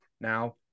now